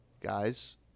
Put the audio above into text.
guys